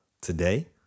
today